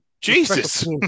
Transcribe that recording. Jesus